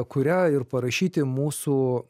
kuria ir parašyti mūsų